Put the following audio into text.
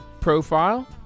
profile